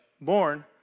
born